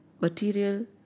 material